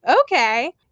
okay